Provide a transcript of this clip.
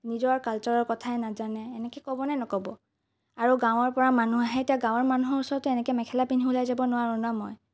নিজৰ কালচাৰৰ কথাই নাজানে এনেকৈ ক'ব নে নক'ব আৰু গাঁৱৰ পৰা মানুহ আহে এতিয়া গাঁৱৰ মানুহৰ ওচৰততো এনেকৈ মেখেলা পিন্ধি ওলাই যাব নোৱাৰোঁ ন মই